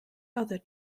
other